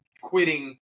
quitting